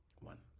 One